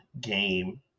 game